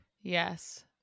Yes